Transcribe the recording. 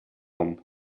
вам